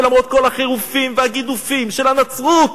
ולמרות כל החירופים והגידופים של הנצרות